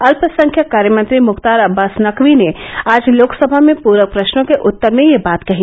अल्पसंख्यक कार्यमंत्री मुख्तार अब्बास नकवी ने आज लोकसभा में प्रक प्रश्नों के उत्तर में यह बात कही